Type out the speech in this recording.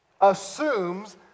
assumes